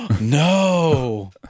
no